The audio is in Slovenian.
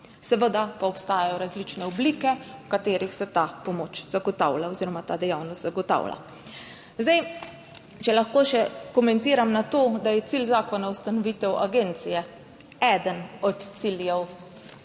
seveda pa obstajajo različne oblike, v katerih se ta pomoč zagotavlja oziroma ta dejavnost zagotavlja. Zdaj če lahko še komentiram na to, da je cilj zakona ustanovitev agencije. Eden od ciljev zakona